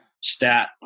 stat